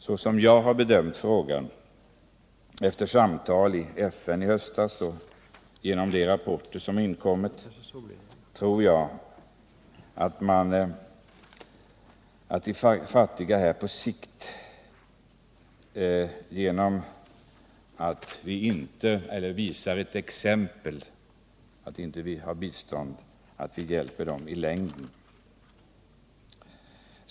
Såsom jag har bedömt frågan efter samtal i FN i höstas och genom studier av de rapporter som inkommit tror jag att vi genom att inte nu lämna dessa människor bistånd bäst hjälper dem i längden.